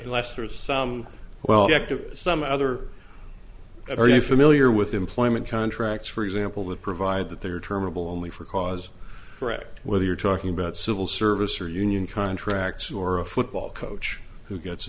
unless there is some well back to some other that are you familiar with employment contracts for example that provide that there terminable only for cause correct whether you're talking about civil service or union contracts or a football coach who gets